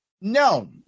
No